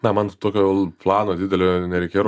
na man tokio plano didelio nereikėjo